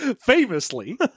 Famously